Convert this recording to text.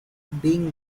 being